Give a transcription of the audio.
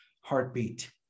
heartbeat